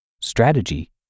strategy